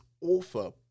author